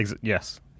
Yes